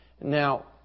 Now